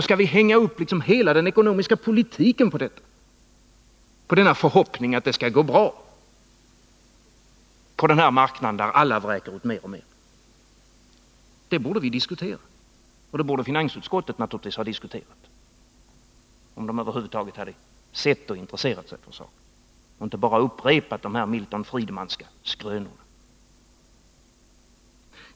Skall vi hänga upp hela den ekonomiska politiken på förhoppningen att det skall gå bra på denna marknad, där alla vräker ut mer och mer? Det borde vi diskutera. Och det borde finansutskottet naturligtvis ha diskuterat, om ledamöterna över huvud taget hade intresserat sig för saken och inte bara upprepat de Milton Friedmanska skrönorna.